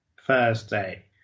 thursday